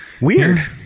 weird